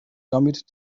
damit